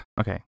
Okay